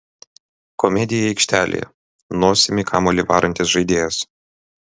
komedija aikštelėje nosimi kamuolį varantis žaidėjas